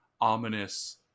ominous